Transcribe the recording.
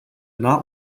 not